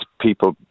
people